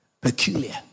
peculiar